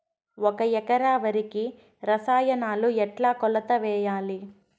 ఒక ఎకరా వరికి రసాయనాలు ఎట్లా కొలత వేయాలి?